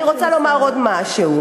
אני רוצה לומר עוד משהו.